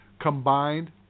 combined